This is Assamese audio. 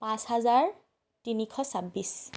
পাঁচ হাজাৰ তিনিশ ছাব্বিছ